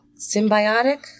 symbiotic